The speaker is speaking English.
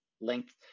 length